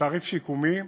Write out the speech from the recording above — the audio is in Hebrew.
בתעריף שיקומי,